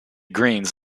greens